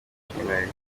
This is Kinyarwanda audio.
ishimira